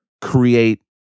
create